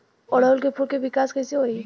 ओड़ुउल के फूल के विकास कैसे होई?